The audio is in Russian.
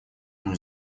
мою